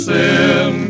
sin